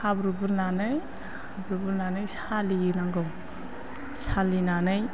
हाब्रु बुरनानै बुरनानै सालि नांगौ सालिनानै